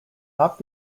not